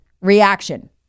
reaction